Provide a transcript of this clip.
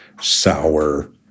sour